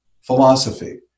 philosophy